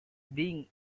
being